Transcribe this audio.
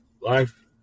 life